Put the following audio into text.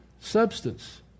Substance